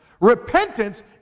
Repentance